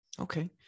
Okay